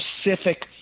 specific